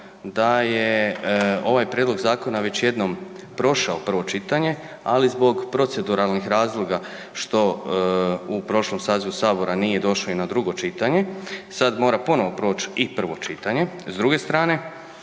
da je ovaj prijedlog zakona već jednom prošao prvo čitanje, ali zbog proceduralnih razloga što u prošlom sazivu sabora nije došao i na drugo čitanje, sad mora ponovo proć i prvo čitanje.